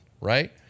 right